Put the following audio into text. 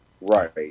Right